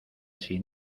así